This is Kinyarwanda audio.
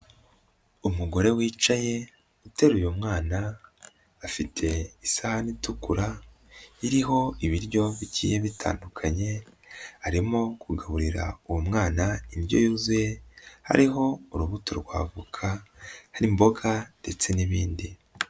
Umugore wicaye uteruye mwana afite isahani itukura iriho ibiryo bigiye bitandukanye arimo kugaburira uwo mwana indyo yuzuye hariho urubuto rwa avoka, hari imboga ndetse n'ibindi.